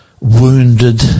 wounded